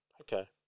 Okay